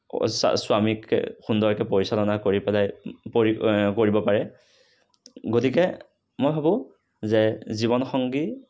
স্বামীক এ সুন্দৰকৈ পৰিচালনা কৰি পেলাই কৰি কৰিব পাৰে গতিকে মই ভাবোঁ যে জীৱনসংগী